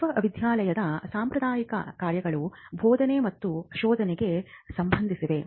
ವಿಶ್ವವಿದ್ಯಾಲಯದ ಸಾಂಪ್ರದಾಯಿಕ ಕಾರ್ಯಗಳು ಬೋಧನೆ ಮತ್ತು ಸಂಶೋಧನೆಗೆ ಸಂಬಂಧಿಸಿವೆ